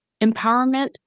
Empowerment